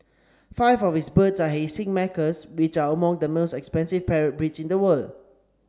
five of his birds are hyacinth macaws which are among the most expensive parrot breeds in the world